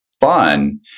fun